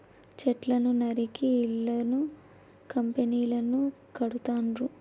చెట్లను నరికి ఇళ్లను కంపెనీలను కడుతాండ్రు